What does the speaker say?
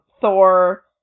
Thor